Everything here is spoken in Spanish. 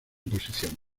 posición